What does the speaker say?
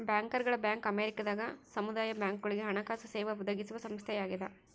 ಬ್ಯಾಂಕರ್ಗಳ ಬ್ಯಾಂಕ್ ಅಮೇರಿಕದಾಗ ಸಮುದಾಯ ಬ್ಯಾಂಕ್ಗಳುಗೆ ಹಣಕಾಸು ಸೇವೆ ಒದಗಿಸುವ ಸಂಸ್ಥೆಯಾಗದ